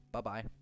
Bye-bye